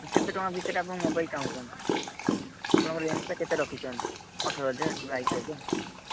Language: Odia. କେତେ ଟଙ୍କା ଭିତରେ ଆପଣ ମୋବାଇଲ ଚାହୁଁଛନ୍ତି ଆପଣଙ୍କ ରେଞ୍ଜଟା କେତେ ରଖିଛନ୍ତି ଅଠର ହଜାର କି ବାଇଶ ହଜାର